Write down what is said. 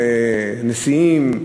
עם נשיאים,